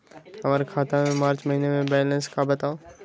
हमर खाता के मार्च महीने के बैलेंस के बताऊ?